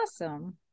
Awesome